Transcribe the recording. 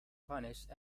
punished